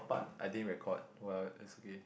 but I didn't record well it's okay